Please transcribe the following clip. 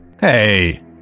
Hey